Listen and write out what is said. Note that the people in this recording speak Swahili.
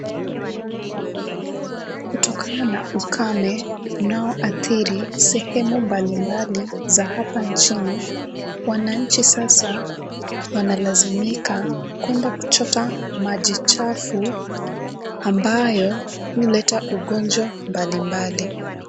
Kutokana na ukame nao athiri sehemu mbalimbali za hapa nchini, wananchi sasa wanalazimika kwenda kuchota maji chafu ambayo huleta ugonjwa mbalimbali.